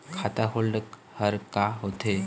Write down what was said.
खाता होल्ड हर का होथे?